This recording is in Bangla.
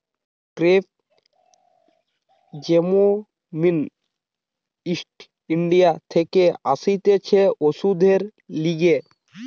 ক্রেপ জেসমিন ইস্ট ইন্ডিয়া থাকে আসতিছে ওষুধে লাগে